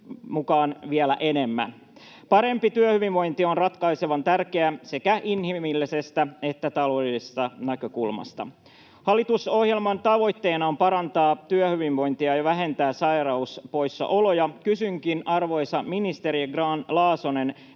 mukaan vielä enemmän. Parempi työhyvinvointi on ratkaisevan tärkeää sekä inhimillisestä että taloudellisesta näkökulmasta. Hallitusohjelman tavoitteena on parantaa työhyvinvointia ja vähentää sairauspoissaoloja. Kysynkin, arvoisa ministeri Grahn-Laasonen: